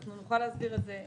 נוכל להסביר את זה.